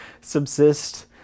subsist